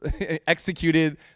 executed